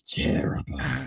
terrible